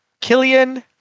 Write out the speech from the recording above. Killian